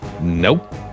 Nope